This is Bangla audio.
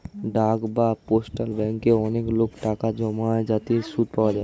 ডাক বা পোস্টাল ব্যাঙ্কে অনেক লোক টাকা জমায় যাতে সুদ পাওয়া যায়